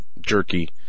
jerky